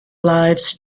lives